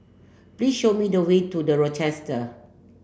please show me the way to the Rochester